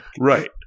Right